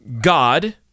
God